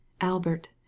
albert